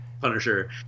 Punisher